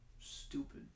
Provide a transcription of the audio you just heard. stupid